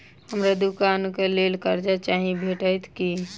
हमरा दुकानक लेल कर्जा चाहि भेटइत की?